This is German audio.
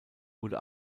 wurde